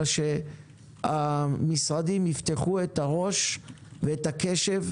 אלא שהמשרדים יפתחו את הראש ואת הקשב,